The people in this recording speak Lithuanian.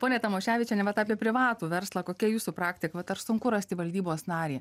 ponia tamoševičiene vat apie privatų verslą kokia jūsų praktika vat ar sunku rasti valdybos narį